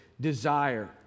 desire